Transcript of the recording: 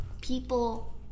people